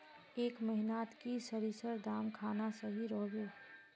ए महीनात की सरिसर दाम खान सही रोहवे?